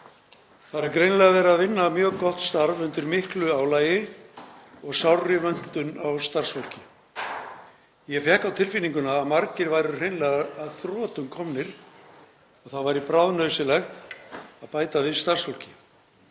Þar er greinilega verið að vinna mjög gott starf undir miklu álagi og sárri vöntun á starfsfólki. Ég fékk á tilfinninguna að margir væru hreinlega að þrotum komnir og það væri bráðnauðsynlegt að bæta við starfsfólki.